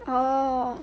oh